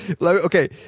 Okay